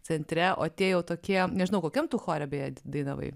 centre o tie jau tokie nežinau kokiam chore bet dainavai